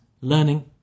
learning